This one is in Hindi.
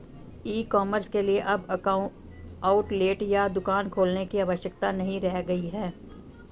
ई कॉमर्स के लिए अब आउटलेट या दुकान खोलने की आवश्यकता नहीं रह गई है